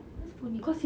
what's phonics